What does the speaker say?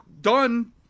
done